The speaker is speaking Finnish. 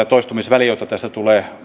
toistumisvälin jotta tästä tulee